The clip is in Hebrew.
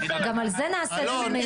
גם על זה נעשה דיון מיוחד.